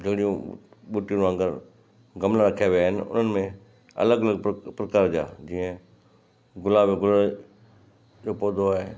जहिड़ियूं बूटियूं वागुंर गमला रखिया विया आहिनि उन्हनि में अलॻि अलॻि प्र प्रकार जा जीअं गुलाब जो गुल जो पौधो आहे